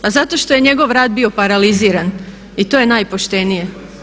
Pa zato što je njegov rad bio paraliziran i to je najpoštenije.